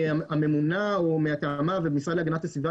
הממונה או אנשים מטעמה ומהמשרד להגנת הסביבה.